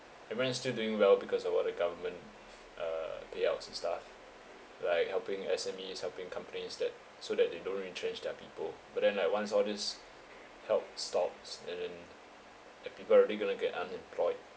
everyone is still doing well because of what the government uh payouts and stuff like helping S_M_Es helping companies that so that they don't retrenched their people but then like once all this help stops and then that people are already going to get unemployed